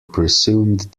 presumed